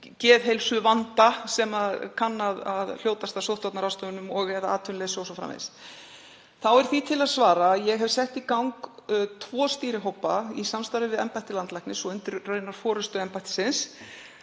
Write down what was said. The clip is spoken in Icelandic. geðheilsuvanda sem kann að hljótast af sóttvarnaráðstöfunum og/eða atvinnuleysi o.s.frv. Þá er því til að svara að ég hef sett í gang tvo stýrihópa í samstarfi við embætti landlæknis og raunar undir forystu embættisins